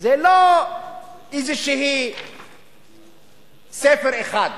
זה לא איזה ספר אחד,